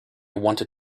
wanted